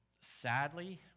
sadly